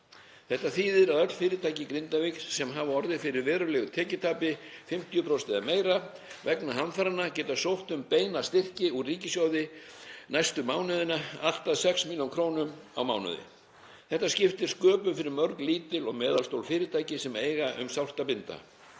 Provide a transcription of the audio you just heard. Þetta þýðir að öll fyrirtæki í Grindavík sem hafa orðið fyrir verulegu tekjutapi, 50% eða meira, vegna hamfaranna geta sótt um beina styrki úr ríkissjóði næstu mánuðina, allt að 6 millj. kr. á mánuði. Þetta skiptir sköpum fyrir mörg lítil og meðalstór fyrirtæki sem eiga um sárt að binda.